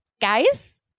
Guys